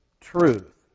truth